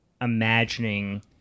imagining